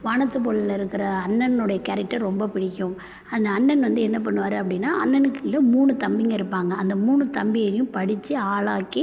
வானத்தை போலல இருக்கிற அண்ணனோடைய கேரக்டர் ரொம்ப பிடிக்கும் அந்த அண்ணன் வந்து என்ன பண்ணுவார் அப்படின்னா அண்ணனுக்கு கீழ மூணு தம்பிங்க இருப்பாங்க அந்த மூணு தம்பியையும் படிச்சு ஆளாக்கி